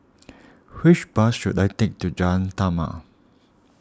which bus should I take to Jalan Taman